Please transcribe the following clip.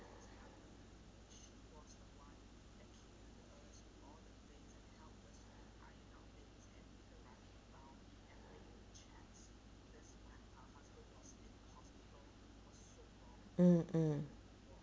mm